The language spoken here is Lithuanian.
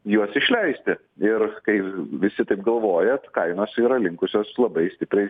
juos išleisti ir kai visi taip galvojat kainos yra linkusios labai stipriai